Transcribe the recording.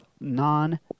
non